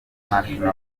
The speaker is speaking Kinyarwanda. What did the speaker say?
national